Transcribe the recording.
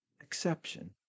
exception